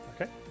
Okay